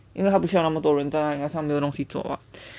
因为他不需要那么多人站那边因为他没有东西做 [what]